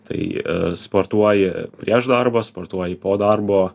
tai sportuoji prieš darbą sportuoji po darbo